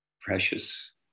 precious